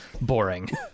boring